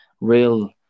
real